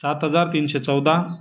सात हजार तीनशे चौदा